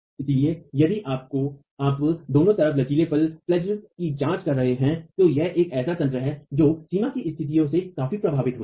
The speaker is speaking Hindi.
इसलिए यदि आप दो तरफा लचीलेपन की जांच कर रहे हैं तो यह एक ऐसा तंत्र है जो सीमा की स्थितियों से काफी प्रभावित होता है